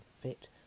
fit